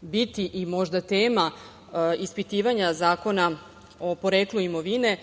biti i možda tema ispitivanja Zakona o poreklu imovine,